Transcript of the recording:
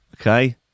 Okay